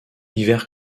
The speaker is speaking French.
hiver